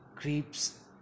Creeps